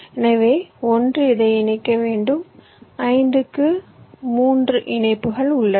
எனவே 1 இதை இணைக்க வேண்டும் 5 க்கு 3 இணைப்புகள் உள்ளன